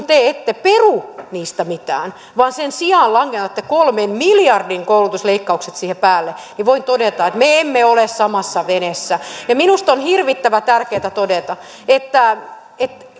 te ette peru niistä mitään vaan sen sijaan langetatte kolmen miljardin koulutusleikkaukset siihen päälle niin voin todeta että me emme ole samassa veneessä minusta on hirvittävän tärkeää todeta että